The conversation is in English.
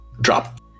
drop